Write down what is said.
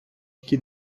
такі